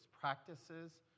practices